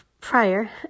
prior